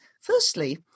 firstly